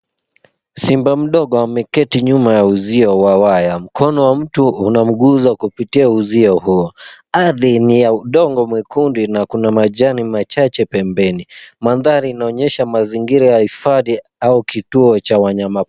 Simba mdogo ameketi nyuma uzio wa waya, mkono wa mtu unamguza kupitia uzio huo, ardhi ni ya udongo mwekundu na kuna majani machache pembeni manthari inaonyesha mazingira ya ifadhi au kituo cha wanyama pori